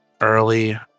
early